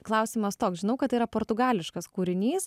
klausimas toks žinau kad yra portugališkas kūrinys